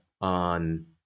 on